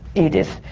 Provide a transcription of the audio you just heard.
edith,